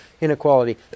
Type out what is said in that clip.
inequality